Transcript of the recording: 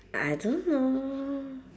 I don't know